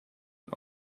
het